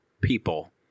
people